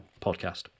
podcast